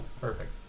Perfect